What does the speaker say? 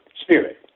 spirit